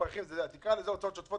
תקרא לזה הוצאות שוטפות